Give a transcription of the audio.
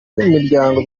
miryango